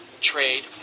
trade